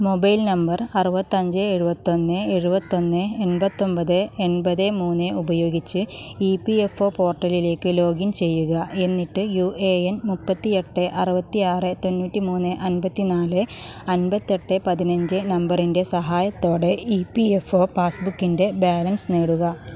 mobile number അറുപത്തഞ്ച് എഴുപത്തൊന്ന് എഴുപത്തൊന്ന് എൺപത്തൊമ്പത് എൺപത് മൂന്ന് ഉപയോഗിച്ച് ഇ പി എഫ് ഒ പോർട്ടലിലേക്ക് ലോഗിൻ ചെയ്യുക എന്നിട്ട് യു എ എൻ മുപ്പത്തിഎട്ട് അറുപത്തി ആറ് തോണ്ണൂറ്റിമൂന്ന് അൻപത്തിനാല് അൻപത്തെട്ട് പതിനഞ്ച് നമ്പറിൻ്റെ സഹായത്തോടെ ഇ പി എഫ് ഒ പാസ്ബുക്കിൻ്റെ ബാലൻസ് നേടുക